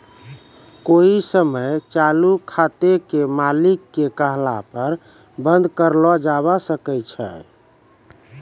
कोइ समय चालू खाते के मालिक के कहला पर बन्द कर लो जावै सकै छै